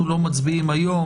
אנחנו לא מצביעים היום,